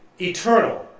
eternal